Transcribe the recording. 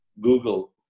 Google